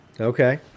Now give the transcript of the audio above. Okay